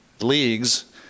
leagues